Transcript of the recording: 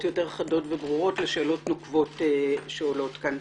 יותר חדות וברורות לשאלות נוקבות שעולות כאן.